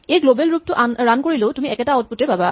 এই গ্লৱেল ৰূপটো ৰান কৰিলেও তুমি একেটা আউটপুট এই পাবা